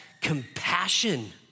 compassion